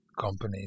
companies